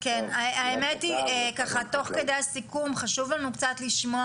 האמת היא, תוך כדי הסיכום, חשוב לנו קצת לשמוע